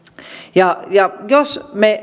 jos me